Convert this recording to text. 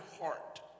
heart